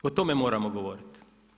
O tome moramo govoriti.